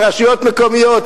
ברשויות מקומיות,